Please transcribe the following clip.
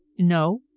no.